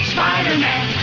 Spider-Man